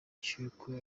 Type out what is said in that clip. cy’uko